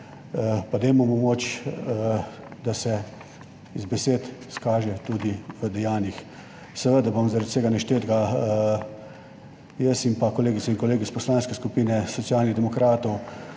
Pa dajmo mu moč, da se iz besed izkaže, tudi v dejanjih. Seveda bom zaradi vsega naštetega jaz in pa kolegice in kolegi iz Poslanske skupine Socialnih demokratov